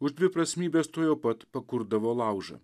už dviprasmybes tuojau pat pakurdavo laužą